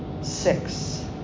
six